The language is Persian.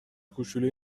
کوچلوی